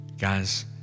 Guys